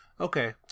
Okay